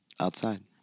Outside